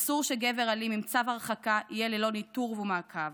אסור שגבר אלים עם צו הרחקה יהיה ללא ניטור ומעקב,